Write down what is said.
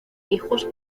hijos